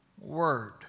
word